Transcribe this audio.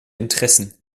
interessen